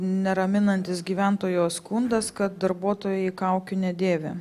neraminantis gyventojo skundas kad darbuotojai kaukių nedėvi